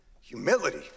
humility